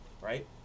right